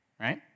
right